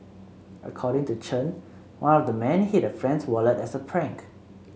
according to Chen one of the men hid a friend's wallet as a prank